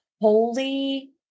holy